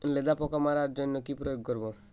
লেদা পোকা মারার জন্য কি প্রয়োগ করব?